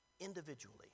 individually